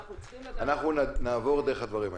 אז אנחנו צריכים לדעת --- נעבור דרך הדברים האלה.